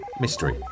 Mystery